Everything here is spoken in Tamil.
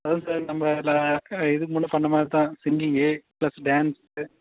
அதான் சார் நம்பளை இதுக்கு முன்னே சொன்னமாரிதான் சிங்கிங்கு ப்ளஸ் டான்ஸு